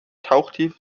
tauchtiefe